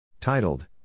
titled